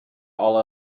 all